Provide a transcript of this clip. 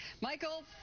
michael